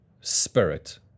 spirit